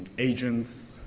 agents,